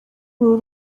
uru